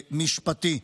משפטי.